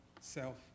self